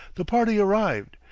the party arrived,